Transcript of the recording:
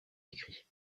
écrit